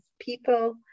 people